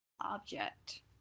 object